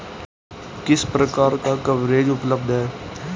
किस प्रकार का कवरेज उपलब्ध है?